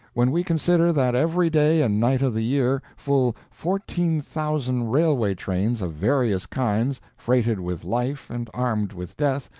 when we consider that every day and night of the year full fourteen thousand railway-trains of various kinds, freighted with life and armed with death,